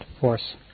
force